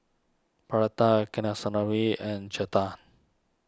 Pratap Kasinadhuni and Chetan